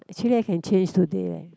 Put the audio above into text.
actually I can change today leh